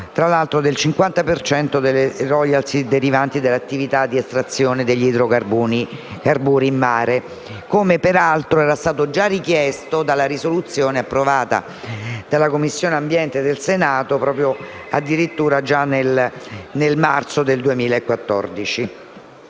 per cento delle *royalty* derivanti dalle attività di estrazione degli idrocarburi in mare, come peraltro era stato già richiesto dalla risoluzione approvata dalla Commissione ambiente del Senato addirittura nel marzo 2014.